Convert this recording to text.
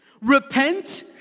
Repent